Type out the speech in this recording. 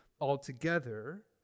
altogether